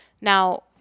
Now